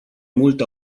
mult